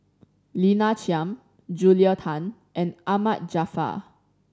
Lina Chiam Julia Tan and Ahmad Jaafar